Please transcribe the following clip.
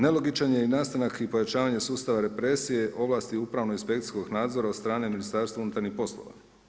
Nelogičan je i nastanak i pojačavanje sustava represije, ovlasti upravno-inspekcijskog nadzora od strane Ministarstva unutarnjih poslova.